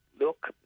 look